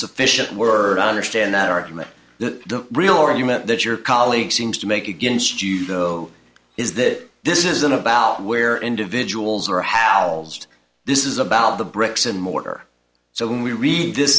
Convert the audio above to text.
sufficient word understand that argument the real argument that your colleague seems to make against you though is that this isn't about where individuals are halle's this is about the bricks and mortar so when we read this